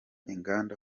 inganda